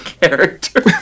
character